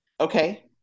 Okay